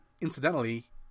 incidentally